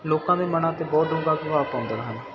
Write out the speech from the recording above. ਲੋਕਾਂ ਦੇ ਮਨਾਂ 'ਤੇ ਬਹੁਤ ਡੂੰਘਾ ਪ੍ਰਭਾਵ ਪਾਉਂਦੀਆਂ ਹਨ